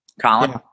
Colin